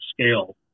scale